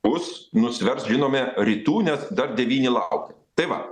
bus nusvers žinome rytų nes dar devyni laukia tai va